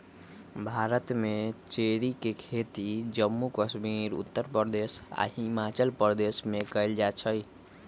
भारत में चेरी के खेती जम्मू कश्मीर उत्तर प्रदेश आ हिमाचल प्रदेश में कएल जाई छई